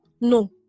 No